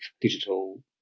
digital